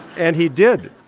and he did.